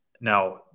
Now